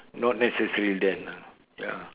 not necessary then lah ya